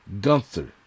Gunther